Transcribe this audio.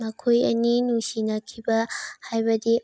ꯃꯈꯣꯏ ꯑꯅꯤ ꯅꯨꯡꯁꯤꯅꯈꯤꯕ ꯍꯥꯏꯕꯗꯤ